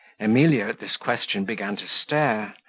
emilia at this question began to stare,